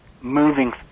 moving